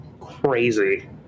crazy